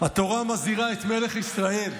התורה מזהירה את מלך ישראל,